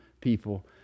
people